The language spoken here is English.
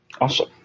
Awesome